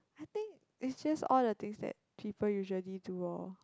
I think it's just all the things that people usually do lor